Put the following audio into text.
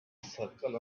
circle